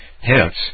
Hence